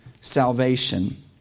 salvation